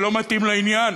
ולא מתאים לעניין,